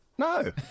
No